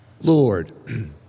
Lord